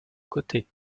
côté